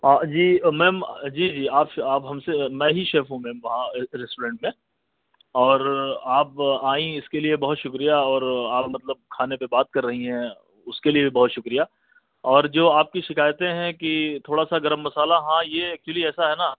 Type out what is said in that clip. جی ma'am جی جی آپ سے آپ ہم سے میں ہی شیف ہوں میم ریسٹورینٹ میں اور آپ آئیں اس کے لئے بہت شکریہ اور آپ مطلب کھانے پہ بات کر رہی ہیں اس کے لئے بھی بہت شکریہ اور جو آپ کی شکایتیں ہیں کہ تھوڑا سا گرم مسالا ہاں یہ ایکچولی ایسا ہے نا